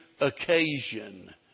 occasion